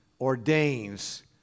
ordains